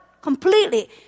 completely